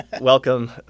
Welcome